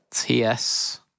TS